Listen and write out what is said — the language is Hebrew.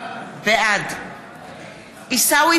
בעד עיסאווי